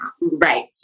right